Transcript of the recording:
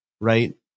right